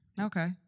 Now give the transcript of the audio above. Okay